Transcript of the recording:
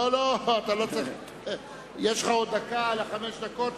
לא לא, יש לך עוד דקה לחמש הדקות.